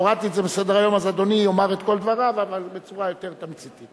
משרד העבודה והרווחה, מטרידה את האוצר.